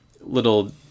little